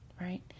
right